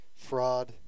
Fraud